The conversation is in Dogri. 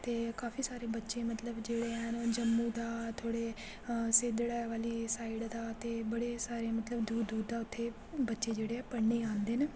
ते काफी सारे बच्चें मतलब जेह्ड़े ऐन उन्न ओह् जम्मू दा थोह्ड़े सिद्ड़े आह्ली साइड दा ते बड़े सारे मतलब दूर दूर दा उत्थै बच्चें जेह्ड़े पढ़ने गी आंदे न